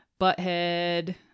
butthead